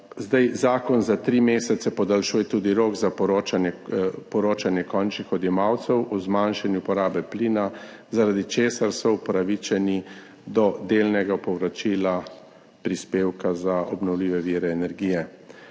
zakon za tri mesece podaljšuje tudi rok za poročanje končnih odjemalcev o zmanjšanju porabe plina, zaradi česar so upravičeni do delnega povračila prispevka za obnovljive vire energije.